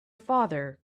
father